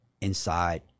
inside